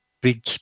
big